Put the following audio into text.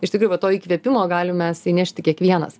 iš tikrųjų va to įkvėpimo galim mes įnešti kiekvienas